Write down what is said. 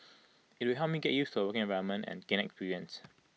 IT will help me get used to A working environment and gain experience